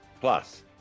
plus